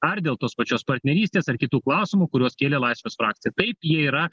ar dėl tos pačios partnerystės ar kitų klausimų kuriuos kėlė laisvės frakcija taip jie yra